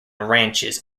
ranches